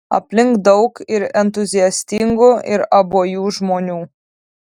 aplink daug ir entuziastingų ir abuojų žmonių